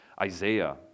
Isaiah